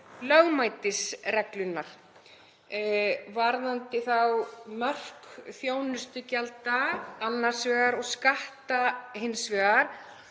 lögmætisreglunnar varðandi mörk þjónustugjalda annars vegar og skatta hins vegar.